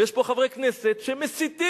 ויש פה חברי כנסת שמסיתים,